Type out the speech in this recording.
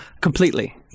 completely